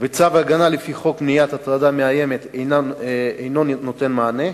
וצו הגנה לפי חוק מניעת הטרדה מאיימת אינו נותן מענה,